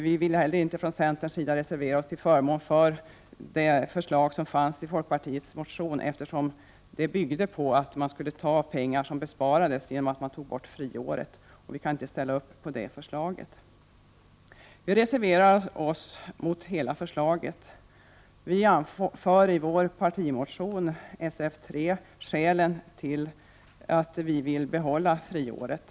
Vi i centern vill inte reservera oss till förmån för förslaget i folkpartiets motion, eftersom det bygger på att man skall ta de pengar som sparas in på borttagandet av friåret. Ett sådant förslag kan vi alltså inte ansluta oss till. Vi reserverar oss mot förslaget i dess helhet. I vår partimotion 1988/89:Sf3 anför vi skälen till att vi vill behålla friåret.